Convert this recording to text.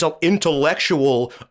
intellectual